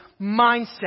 mindset